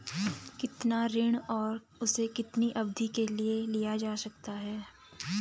कितना ऋण और उसे कितनी अवधि के लिए लिया जा सकता है?